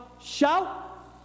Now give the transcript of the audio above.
shout